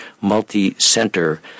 multi-center